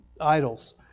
idols